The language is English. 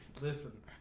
Listen